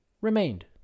remained